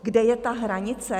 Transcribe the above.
Kde je ta hranice?